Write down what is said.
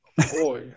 Boy